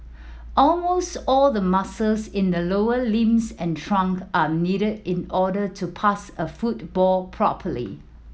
almost all the muscles in the lower limbs and trunk are needed in order to pass a football properly